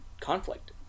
conflict